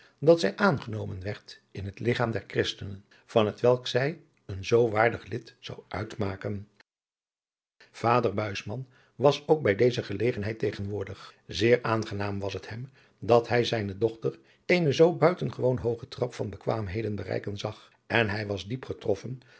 dat zij aangenomen werd in het ligchaam der christenen van hetwelk zij een zoo waardig lid zou uitmaken vader buisman was ook bij deze plegtigheid tegenwoordig zeer aangenaam was het hem dat hij zijne dochter eenen zoo buitengewoon hoogen trap van bekwaamheden bereiken zag en hij was diep getroffen